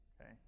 Okay